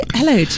hello